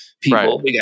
people